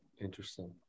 Interesting